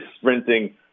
sprinting